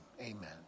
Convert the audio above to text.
amen